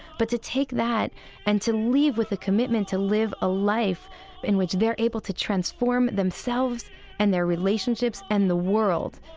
but to take that and to leave with a commitment to live a life in which they're able to transform themselves and their relationships and the world,